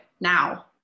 now